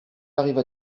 arriva